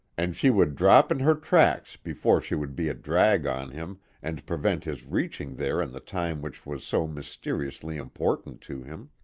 and she would drop in her tracks before she would be a drag on him and prevent his reaching there in the time which was so mysteriously important to him.